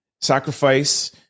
sacrifice